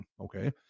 okay